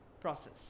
process